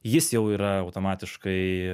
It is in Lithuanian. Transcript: jis jau yra automatiškai